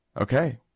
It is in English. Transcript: Okay